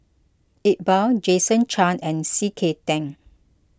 Iqbal Jason Chan and C K Tang